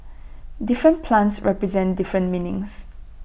different plants represent different meanings